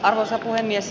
arvoisa puhemies